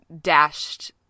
dashed